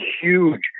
huge –